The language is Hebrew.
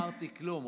לא אמרתי כלום.